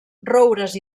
roures